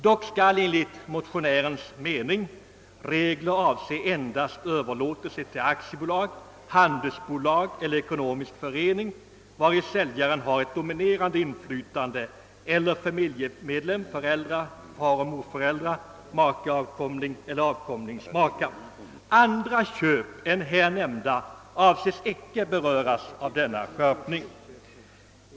Dock skall enligt motionärens mening reglerna avse endast överlåtelse till aktiebolag, händelsbolag eller ekonomisk förening, vari säljaren har ett dominerande inflytande, eller till familjemedlem — föräldrar, fareller morföräldrar, make, avkomling eller avkomlings make. Andra köp än här nämnda avses icke beröras av denna skärpning.